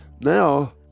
now